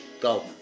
go